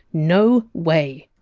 no way.